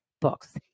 books